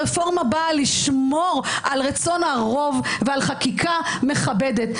הרפורמה באה לשמור על רצון הרוב ועל חקיקה מכבדת.